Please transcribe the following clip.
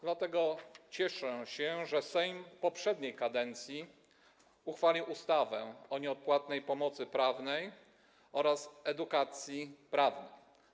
Dlatego cieszę się, że Sejm poprzedniej kadencji uchwalił ustawę o nieodpłatnej pomocy prawnej oraz edukacji prawnej.